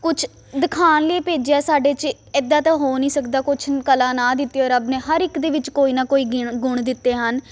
ਕੁਛ ਦਿਖਾਉਣ ਲਈ ਭੇਜਿਆ ਸਾਡੇ ਚ ਇੱਦਾਂ ਤਾਂ ਹੋ ਨਹੀਂ ਸਕਦਾ ਕੁਛ ਕਲਾ ਨਾ ਦਿੱਤੀ ਹੋਏ ਰੱਬ ਨੇ ਹਰ ਇੱਕ ਦੇ ਵਿੱਚ ਕੋਈ ਨਾ ਕੋਈ ਗਿਣ ਗੁਣ ਦਿੱਤੇ ਹਨ